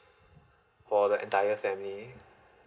for the entire family